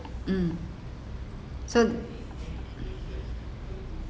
um so